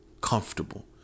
comfortable